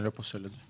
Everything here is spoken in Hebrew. אני לא פוסל את זה.